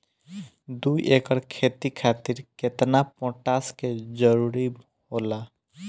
दु एकड़ खेती खातिर केतना पोटाश के जरूरी होला?